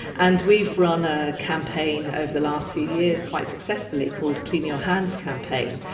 and we've run a campaign over the last few years quite successfully called clean your hands campaign.